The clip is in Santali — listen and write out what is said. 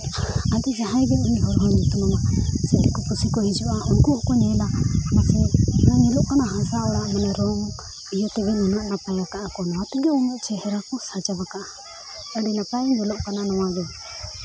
ᱟᱫᱚ ᱡᱟᱦᱟᱸᱭ ᱜᱮ ᱩᱱᱤ ᱦᱚᱲ ᱦᱚᱭ ᱧᱩᱛᱩᱢ ᱟᱢᱟᱭ ᱥᱮ ᱫᱤᱠᱩ ᱯᱩᱥᱤ ᱠᱚ ᱦᱤᱡᱩᱜᱼᱟ ᱩᱱᱠᱩ ᱦᱚᱸᱠᱚ ᱧᱮᱞᱼᱟ ᱢᱟᱥᱮ ᱪᱮᱫ ᱞᱮᱠᱟ ᱧᱮᱞᱚᱜ ᱠᱟᱱᱟ ᱦᱟᱥᱟ ᱚᱲᱟᱜ ᱢᱟᱱᱮ ᱨᱚᱝ ᱤᱭᱟᱹ ᱛᱮᱜᱮ ᱱᱩᱱᱟᱹᱜ ᱱᱟᱯᱟᱭ ᱟᱠᱟᱫᱼᱟ ᱠᱚ ᱱᱚᱣᱟ ᱛᱮᱜᱮ ᱩᱱᱟᱹᱜ ᱪᱮᱦᱨᱟ ᱠᱚ ᱥᱟᱡᱟᱣ ᱟᱠᱟᱫᱼᱟ ᱟᱹᱰᱤ ᱱᱟᱯᱟᱭ ᱧᱮᱞᱚᱜ ᱠᱟᱱᱟ ᱱᱚᱣᱟ ᱫᱚ